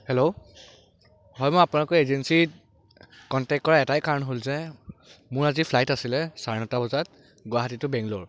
hello হয় মই আপোনালোকৰ এজেঞ্চীত কণ্টেক কৰাৰ এটাই কাৰণ হ'ল যে মোৰ আজি ফ্লাইট আছিলে চাৰে ন টা বজাত গুৱাহাটী টু বেংগলোৰ